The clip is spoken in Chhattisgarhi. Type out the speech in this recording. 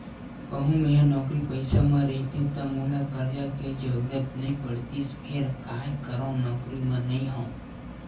कहूँ मेंहा नौकरी पइसा म रहितेंव ता मोला करजा के जरुरत नइ पड़तिस फेर काय करव नउकरी म नइ हंव